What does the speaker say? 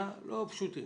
פשוטים